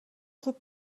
خوب